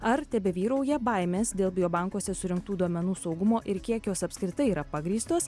ar tebevyrauja baimės dėl bio bankuose surinktų duomenų saugumo ir kiek jos apskritai yra pagrįstos